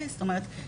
זאת אומרת,